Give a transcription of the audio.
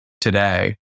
today